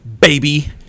Baby